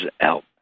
help